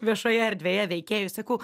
viešoje erdvėje veikėjui sakau